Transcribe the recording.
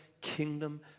kingdom